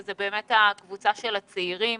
וזו קבוצת הצעירים.